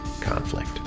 conflict